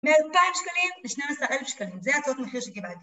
מאתיים שקלים לשניים עשר אלף שקלים. זה היה הצעות המחיר שקיבלתי.